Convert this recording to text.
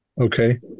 okay